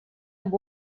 amb